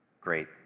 great